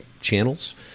channels